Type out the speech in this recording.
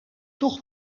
toch